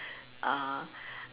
uh